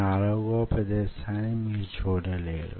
4 వ ప్రదేశాన్ని మీరు చూడలేరు